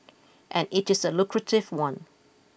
and it is a lucrative one